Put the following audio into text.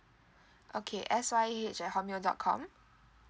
okay S Y H at hotmail dot com